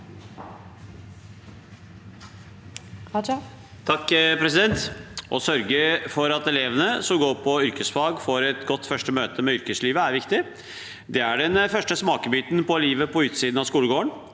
(V) Å sørge for at elevene som går på yrkesfag, får et godt første møte med yrkeslivet, er viktig. Det er den første smakebiten av livet på utsiden av skolegården.